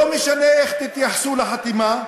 לא משנה איך תתייחסו לחתימה,